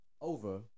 over